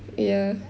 ya